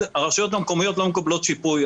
הראשונה, הרשויות המקומיות לא מקבלות שיפוי.